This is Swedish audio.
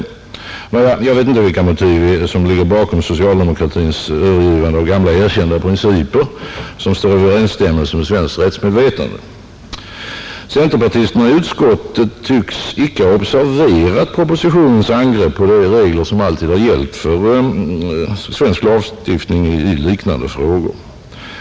Nåja, jag vet inte vilka motiv som egentligen ligger bakom socialdemokratins övergivande av gamla erkända principer, som står i överensstämmelse med svenskt rättsmedvetande. Centerpartisterna i utskottet tycks inte ha observerat propositionens angrepp på de regler som alltid har gällt för svensk lagstiftning i liknande frågor.